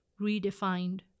redefined